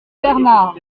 bernard